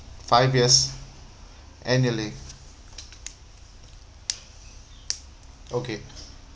five years annually okay